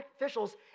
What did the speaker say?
officials